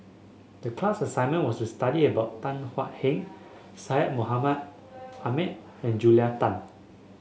the class assignment was to study about Tan Thuan Heng Syed Mohamed Ahmed and Julia Tan